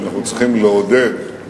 שאנחנו צריכים לעודד את